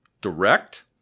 direct